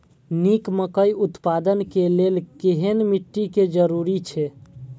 निक मकई उत्पादन के लेल केहेन मिट्टी के जरूरी छे?